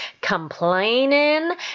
complaining